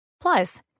Plus